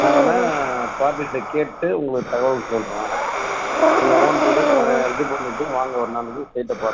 நான் வேணால் பார்ட்டி கிட்ட கேட்டுட்டு உங்களுக்கு தகவல் சொல்றேன் நீங்கள் அமௌன்ட் ரெடி பண்ணிட்டு வாங்க ஒரு நாளைக்கு சைட்ட பார்ப்போம்